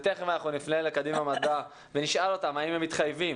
ותכף נפנה לקדימה מדע ונשאל אותם האם הם מתחייבים,